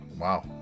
wow